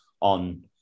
on